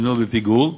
הוא בפיגור.